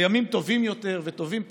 וימים טובים יותר וטובים פחות.